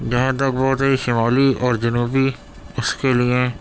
جہاں تک بات ہے شمالی اور جنوبی اس کے لیے